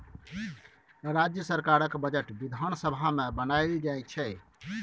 राज्य सरकारक बजट बिधान सभा मे बनाएल जाइ छै